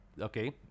okay